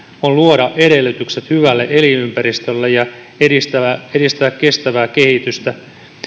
on luoda edellytykset hyvälle elinympäristölle ja edistää edistää kestävää kehitystä